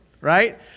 right